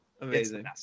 amazing